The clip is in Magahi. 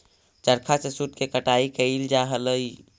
चरखा से सूत के कटाई कैइल जा हलई